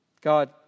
God